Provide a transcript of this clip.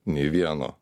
nei vieno